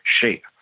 shape